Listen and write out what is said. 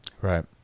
right